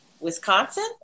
Wisconsin